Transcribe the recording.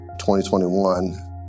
2021